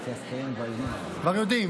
כבר יודעים,